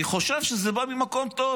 אני חושב שזה בא ממקום טוב,